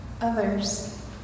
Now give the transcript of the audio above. Others